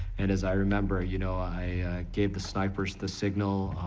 and as i remember, you know, i gave the snipers the signal,